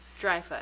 Dryfoot